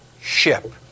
ship